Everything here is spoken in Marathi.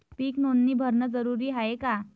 पीक नोंदनी भरनं जरूरी हाये का?